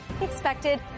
expected